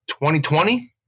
2020